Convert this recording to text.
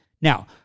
Now